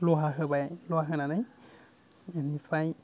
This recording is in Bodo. लहा होबाय लहा होनानै बिनिफाइ